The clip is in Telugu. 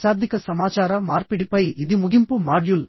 అశాబ్దిక సమాచార మార్పిడిపై ఇది ముగింపు మాడ్యూల్